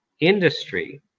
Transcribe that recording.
industry